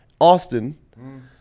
austin